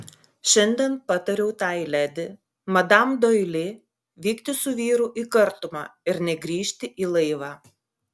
šiandien patariau tai ledi madam doili vykti su vyru į kartumą ir negrįžti į laivą